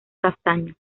castaño